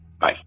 Bye